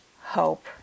hope